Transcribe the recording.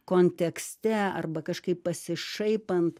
kontekste arba kažkaip pasišaipant